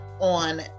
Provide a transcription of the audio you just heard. on